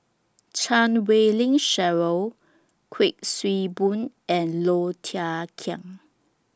Chan Wei Ling Cheryl Kuik Swee Boon and Low Thia Khiang